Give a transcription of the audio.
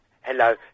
Hello